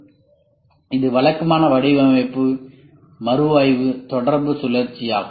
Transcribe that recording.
எனவே இது வழக்கமான வடிவமைப்பு மறுஆய்வு தொடர்பு சுழற்சி ஆகும்